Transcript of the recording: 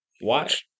Watch